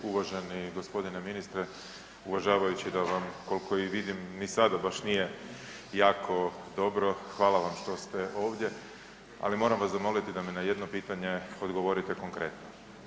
Uvaženi gospodine ministre, uvažavajući da vam koliko i vidim ni sada baš nije jako dobro, hvala vam što ste ovdje, ali moram vas zamoliti da mi na jedno pitanje odgovorite konkretno.